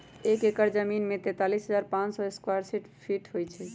एक एकड़ जमीन में तैंतालीस हजार पांच सौ साठ स्क्वायर फीट होई छई